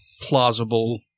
plausible